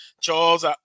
Charles